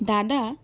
দাদা